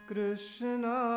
Krishna